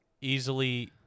easily